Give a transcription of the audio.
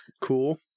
cool